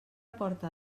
porta